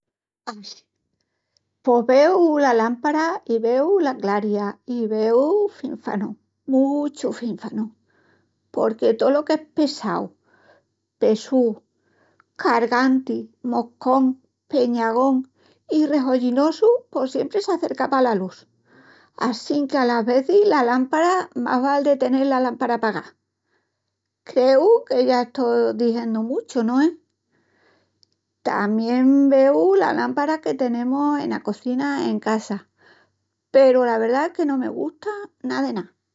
Ai, pos veu la lámpara i veu la clariá i veu… fínfanus, muchus fínfanus, porque tolo qu'es pesau, pesúu, carganti, moscón, pegañón i rehollinosu pos siempri s'acerca pala lus. Assinque alas vezis las lámparas más val de tenel la lámpara apagá. Creu que ya t'estó dixendu muchu, no es? Tamién veu la lámpara que tenemus ena cozina en casa peru la verdá es que no me gusta ná de ná.